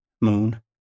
moon